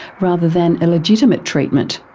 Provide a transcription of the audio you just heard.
rather than a legitimate treatment?